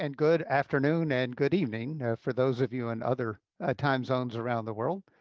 and good afternoon and good evening for those of you in other time zones around the world.